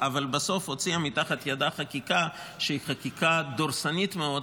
אבל בסוף הוציאה מתחת ידה חקיקה שהיא חקיקה דורסנית מאוד,